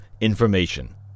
information